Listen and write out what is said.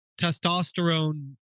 testosterone